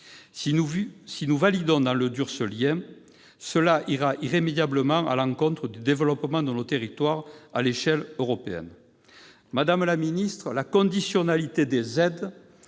Si nous validons dans le dur ce lien, cela ira irrémédiablement à l'encontre du développement de nos territoires, à l'échelle européenne. Madame la secrétaire d'État, la conditionnalité des aides,